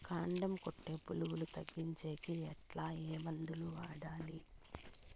కాండం కొట్టే పులుగు తగ్గించేకి ఎట్లా? ఏ మందులు వాడాలి?